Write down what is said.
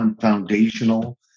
foundational